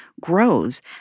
grows